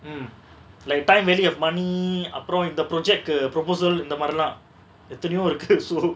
um like time really have money அப்ரோ இந்த:apro intha project கு:ku proposal இந்த மாரிலா எத்தனயோ இருக்கு:intha marila ethanayo iruku so